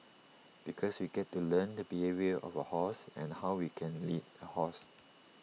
because we get to learn the behaviour of A horse and how we can lead A horse